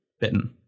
Bitten